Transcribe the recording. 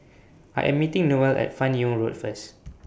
I Am meeting Noelle At fan Yoong Road First